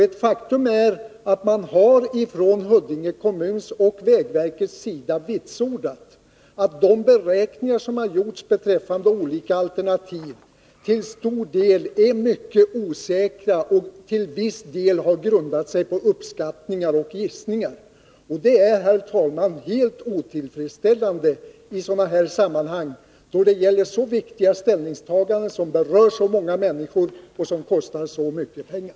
Ett faktum är att man från Huddinge kommuns och vägverkets sida har vitsordat att de beräkningar som gjordes beträffande de olika alternativen var mycket osäkra och till viss del grundade sig på uppskattningar och gissningar. Det är, herr talman, helt otillfredsställande när det gäller så här viktiga ställningstaganden, som berör så många människor och som kostar så mycket pengar.